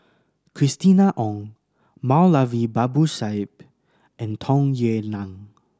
Christina Ong Moulavi Babu Sahib and Tung Yue Nang